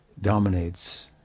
Dominates